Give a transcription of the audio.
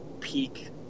peak